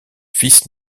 fils